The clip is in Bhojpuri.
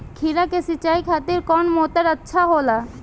खीरा के सिचाई खातिर कौन मोटर अच्छा होला?